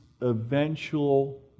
eventual